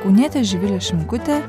kaunietė živilė šimkutė